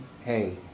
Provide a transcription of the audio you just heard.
Hey